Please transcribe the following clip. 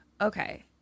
Okay